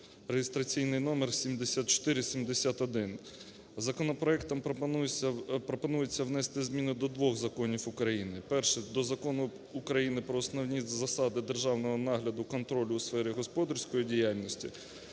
(реєстраційний номер 7471). Законопроектом пропонується внести зміни до двох законів України. Перше - до Закону України "Про основні засади державного нагляду (контролю) у сфері господарської діяльності".